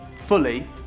fully